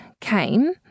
came